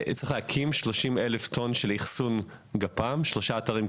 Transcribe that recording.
צריך להקים 30 אלף טון של אחסון גפ"מ בשלושה אתרים,